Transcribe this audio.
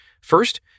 First